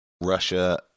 Russia